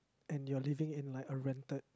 and you are living in like a rented